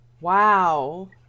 Wow